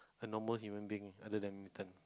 a normal human being other than mutant